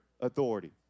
authority